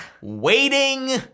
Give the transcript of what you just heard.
waiting